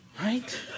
right